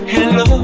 Hello